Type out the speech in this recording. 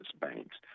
banks